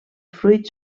fruits